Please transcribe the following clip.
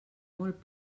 molt